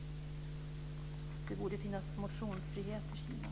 Det borde finnas motionsfrihet i Kina.